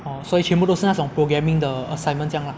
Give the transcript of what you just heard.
orh 所以全部都是那种 programming 的 assignment 这样 lah